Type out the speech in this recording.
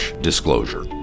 Disclosure